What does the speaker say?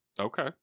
Okay